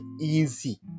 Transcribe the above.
easy